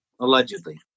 Allegedly